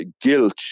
guilt